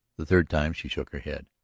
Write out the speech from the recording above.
the third time she shook her head.